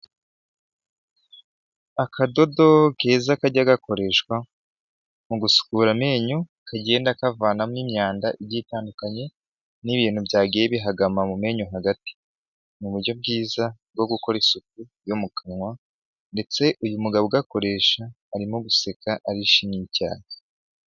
Akadodo keza kajya gakoreshwa mu gusukura amenyo, kagenda kavanamo imyanda igiye itandukanye, n'ibintu byagiye bihagama mu menyo hagati. Mu buryo bwiza bwo gukora isuku yo mu kanwa, ndetse uyu mugabo ugakoresha, arimo guseka arishimye cyane.